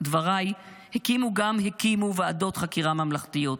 דבריי הקימו גם הקימו ועדות חקירה ממלכתיות,